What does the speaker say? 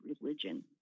religion